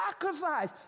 sacrifice